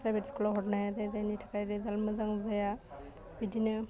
private स्कुलाव हरनो हाया जाय जायनि थाखाय रिजाल्ट मोजां जाया बिदिनो